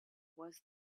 was